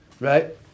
Right